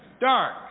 dark